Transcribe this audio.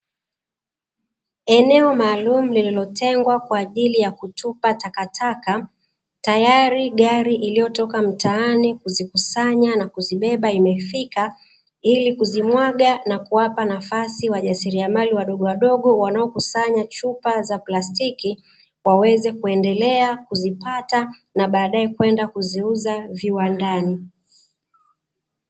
Eneo maalumu lililotengwa kwa ajili ya kutupa takataka, tayari gari iliyotoka mtaani kuzikusanya na kuzibeba imefika, ili kuzimwaga na kuwapa nafasi wajasiriamali wadogowadogo wanakusanya chupa za plastiki, waweze kuendelea kuzipata na baadaye kwenda kuziuza viwandani.